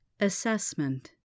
Assessment